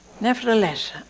Nevertheless